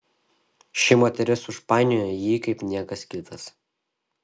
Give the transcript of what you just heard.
ši moteris užpainiojo jį kaip niekas kitas